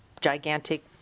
gigantic